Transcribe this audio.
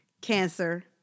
Cancer